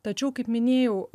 tačiau kaip minėjau